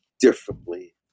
differently